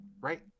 right